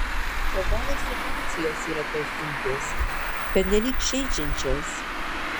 o gal ir situacijos yra per sunkios pernelyg žeidžiančios